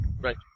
Right